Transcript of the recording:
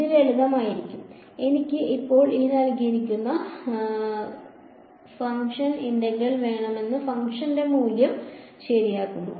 ഇത് ലളിതമായി ആയിരിക്കും എനിക്ക് ഇപ്പോൾ ഇന്റഗ്രൽ വേണമെങ്കിൽ ഫംഗ്ഷന്റെ മൂല്യം ശരിയാക്കുന്നു